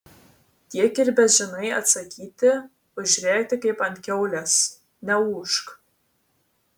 tiek ir bežinai atsakyti užrėkti kaip ant kiaulės neūžk